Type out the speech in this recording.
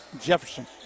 Jefferson